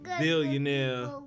billionaire